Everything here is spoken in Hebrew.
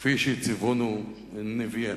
כפי שציוונו נביאינו.